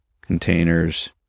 containers